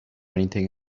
anything